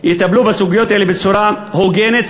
יטפלו בסוגיות האלה בצורה הוגנת,